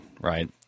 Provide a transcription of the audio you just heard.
Right